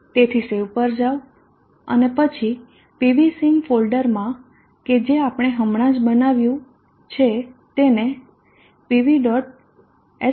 તેથી સેવ પર જાઓ અને પછી pvsim ફોલ્ડરમાં કે જે આપણે હમણાં જ બનાવ્યું છે તેને pv